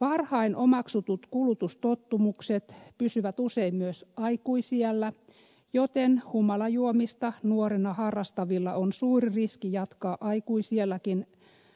varhain omaksutut kulutustottumukset pysyvät usein myös aikuisiällä joten humalajuomista nuorena harrastavilla on suuri riski jatkaa aikuisiälläkin